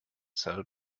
cell